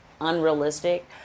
unrealistic